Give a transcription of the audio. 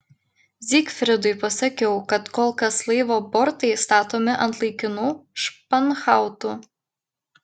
zygfridui pasakiau kad kol kas laivo bortai statomi ant laikinų španhautų